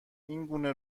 اینگونه